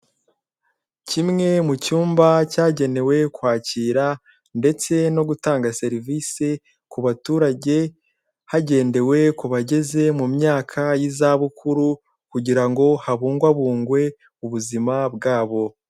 Kimwe mu cyumba cyagenewe kwakira ndetse no gutanga serivise kubaturage hagendewe kubageze mu myaka y'izabukuru kugira ngo habungabungwe ubuzima bwabo.